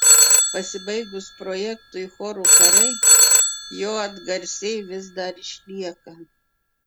pasibaigus projektui chorų karai jo atgarsiai vis dar išlieka